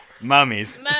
Mummies